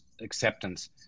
acceptance